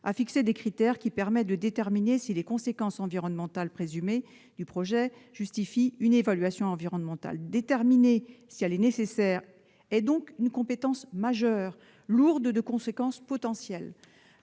a fixé des critères permettant de déterminer si les conséquences environnementales présumées du projet justifient une évaluation environnementale. Déterminer si elle est nécessaire est donc une compétence majeure, lourde de conséquences potentielles.